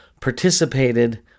participated